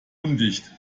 undicht